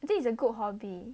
I think it's a good hobby